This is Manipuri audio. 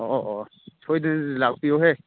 ꯑꯣ ꯑꯣ ꯁꯣꯏꯗꯅ ꯂꯥꯛꯄꯤꯌꯨꯍꯦ